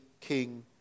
king